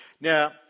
now